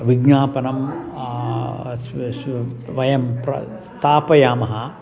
विज्ञापनं स्व सु वयं प्र स्थापयामः